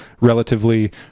relatively